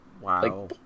wow